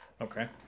okay